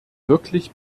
wirklich